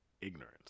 Ignorance